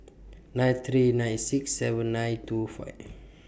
nine three nine six seven nine two five